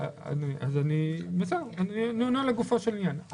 אני עונה לגופו של עניין.